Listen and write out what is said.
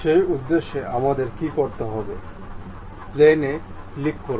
সেই উদ্দেশ্যে আমাদের কী করতে হবে প্লেনে ক্লিক করুন